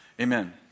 amen